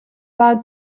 war